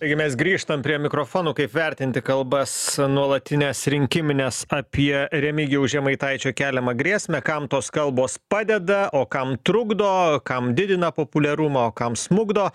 taigi mes grįžtam prie mikrofonų kaip vertinti kalbas nuolatines rinkimines apie remigijaus žemaitaičio keliamą grėsmę kam tos kalbos padeda o kam trukdo kam didina populiarumą o kam smukdo